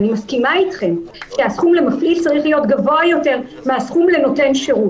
אני מסכימה אתכם שהסכום למפעיל צריך להיות גבוה מהסכום לנותן שירות.